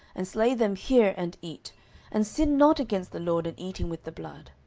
and slay them here, and eat and sin not against the lord in eating with the blood.